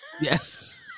Yes